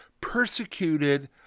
persecuted